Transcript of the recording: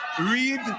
read